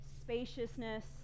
spaciousness